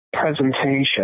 presentation